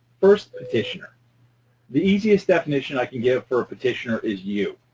first, petitioner the easiest definition i can give for a petitioner is you.